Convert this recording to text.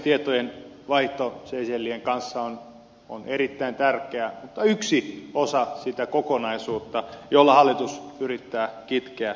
tietojenvaihto seychellien kanssa on erittäin tärkeä mutta yksi osa sitä kokonaisuutta jolla hallitus yrittää kitkeä harmaata taloutta